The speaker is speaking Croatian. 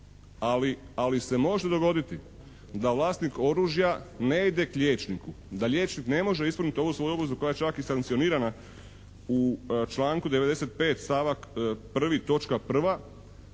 ali se može dogoditi da vlasnik oružja ne ide k liječniku, da liječnik ne može ispuniti ovu svoju obvezu koja je čak i sankcionirana u članku 95. stavak 1.